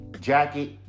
jacket